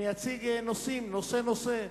אני אציג נושאים, נושא-נושא,